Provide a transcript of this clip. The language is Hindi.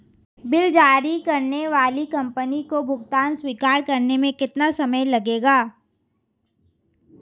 बिल जारी करने वाली कंपनी को भुगतान स्वीकार करने में कितना समय लगेगा?